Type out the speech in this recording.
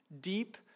deep